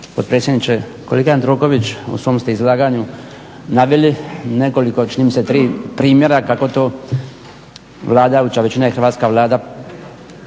potpredsjedniče. Kolega Jandroković, u svom ste izlaganju naveli nekoliko, čini mi se tri primjera kako to Vlada, …/Govornik se